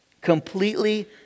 completely